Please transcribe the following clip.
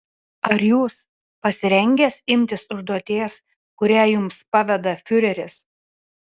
ar jūs pasirengęs imtis užduoties kurią jums paveda fiureris